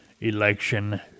election